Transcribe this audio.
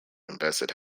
invested